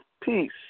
peace